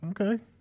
Okay